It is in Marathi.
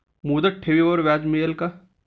मुदत ठेवीवर व्याज मिळेल का?